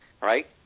right